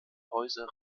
häuser